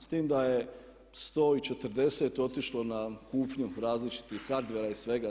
S time da je 140 otišlo na kupnju različitih hardvera i svega.